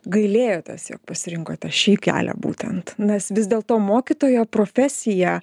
gailėjotės jog pasirinkote šį kelią būtent nes vis dėl to mokytojo profesija